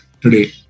today